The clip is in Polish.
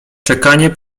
czekanie